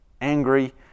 angry